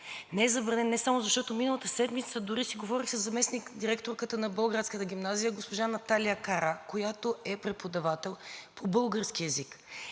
Не е забранен не само защото миналата седмица дори си говорих със заместник-директорката на Болградската гимназия госпожа Наталия Кара, която е преподавател по български език.